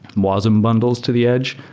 blossom bundles to the edge.